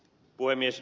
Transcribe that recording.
puhemies